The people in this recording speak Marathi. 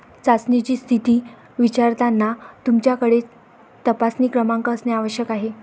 चाचणीची स्थिती विचारताना तुमच्याकडे तपासणी क्रमांक असणे आवश्यक आहे